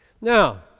Now